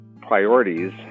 priorities